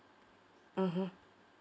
mmhmm